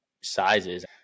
sizes